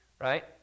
Right